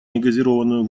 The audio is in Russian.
негазированную